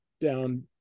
down